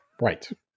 Right